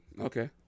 Okay